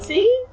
See